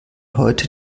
heute